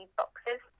boxes